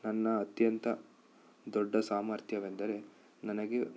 ನನ್ನ ಅತ್ಯಂತ ದೊಡ್ಡ ಸಾಮರ್ಥ್ಯವೆಂದರೆ ನನಗೆ